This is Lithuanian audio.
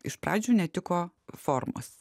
iš pradžių netiko formos